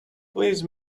please